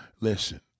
listen